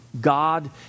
God